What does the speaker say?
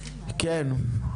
כן?